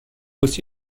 aussi